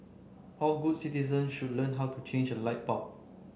all good citizen should learn how to change a light bulb